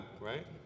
right